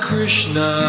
Krishna